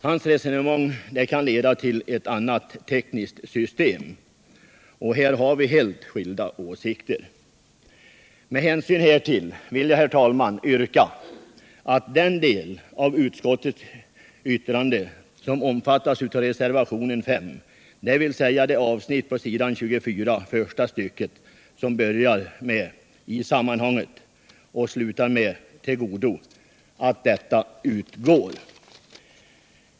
Hans resonemang kan leda till ett annat tekniskt system, och där har vi helt skilda åsikter. Med hänsyn härtill vill jag, herr talman, yrka att den del av utskottets betänkande som omfattas av reservationen 5, dvs. avsnittet på s. 24, första stycket, som börjar med ”I sammanhanget” och slutar med ”till godo” utgår.